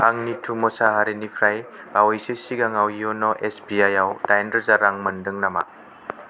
आं निथु मसारिनिफ्राय बावैसो सिगाङव इउन' एसबिआइ आव दाइन रोजा रां मोनदों नामा